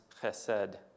chesed